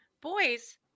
Boys